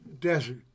desert